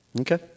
Okay